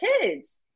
kids